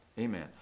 amen